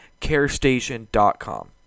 carestation.com